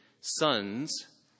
sons